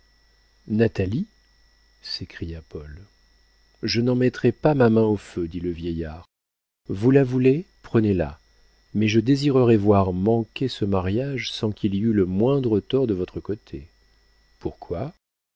natalie s'écria paul je n'en mettrais pas ma main au feu dit le vieillard vous la voulez prenez-la mais je désirerais voir manquer ce mariage sans qu'il y eût le moindre tort de votre côté pourquoi